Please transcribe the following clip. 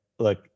Look